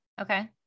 Okay